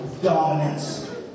dominance